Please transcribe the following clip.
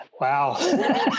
Wow